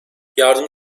yardım